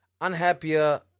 Unhappier